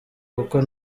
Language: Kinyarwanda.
kuko